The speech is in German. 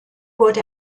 wurde